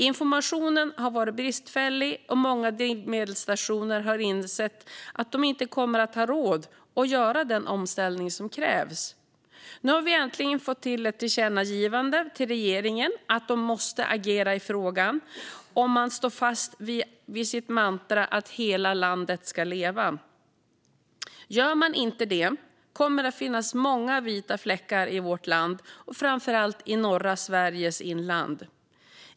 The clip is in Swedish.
Informationen har varit bristfällig, och många drivmedelsstationer har insett att de inte kommer att ha råd att göra den omställning som krävs. Nu har vi äntligen fått till ett tillkännagivande till regeringen om att man måste agera i frågan om man står fast vid sitt mantra att hela landet ska leva. Gör man inte det kommer det att finnas många vita fläckar i vårt land och framför allt i norra Sveriges inland.